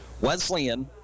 Wesleyan